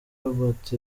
robert